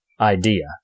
idea